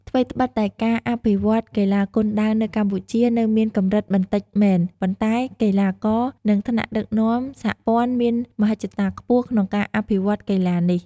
ថ្វីត្បិតតែការអភិវឌ្ឍន៍កីឡាគុនដាវនៅកម្ពុជានៅមានកម្រិតបន្តិចមែន ប៉ុន្តែកីឡាករ និងថ្នាក់ដឹកនាំសហព័ន្ធមានមហិច្ឆតាខ្ពស់ក្នុងការអភិវឌ្ឍន៍កីឡានេះ។